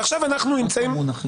עכשיו אנחנו נמצאים